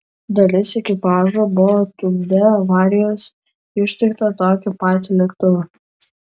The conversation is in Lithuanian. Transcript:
dalis ekipažo buvo tupdę avarijos ištiktą tokį patį lėktuvą